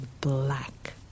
black